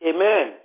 Amen